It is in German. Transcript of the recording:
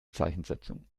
zeichensetzung